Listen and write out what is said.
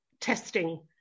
testing